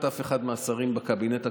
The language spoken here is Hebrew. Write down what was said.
כמעט לאף אחד מהשרים בקבינט הקורונה,